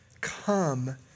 come